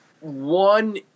one